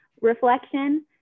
reflection